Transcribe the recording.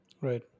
Right